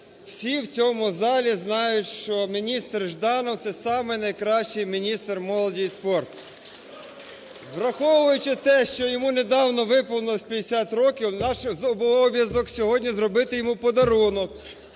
всі в цьому залі, знають, що міністр Жданов – це самий найкращий міністр молоді і спорту. Враховуючи те, що йому недавно виповнилося 50 років, наш обов'язок сьогодні – зробити йому подарунок